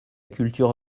culture